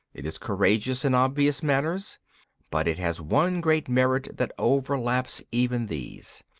it is courageous in obvious matters but it has one great merit that overlaps even these.